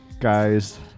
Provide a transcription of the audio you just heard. Guys